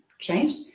changed